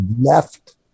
left